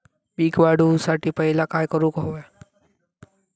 पीक वाढवुसाठी पहिला काय करूक हव्या?